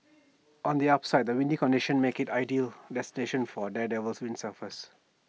on the upside the windy conditions make IT ideal destination for daredevil windsurfers